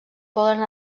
poden